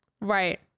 Right